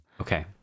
Okay